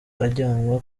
ajyanwa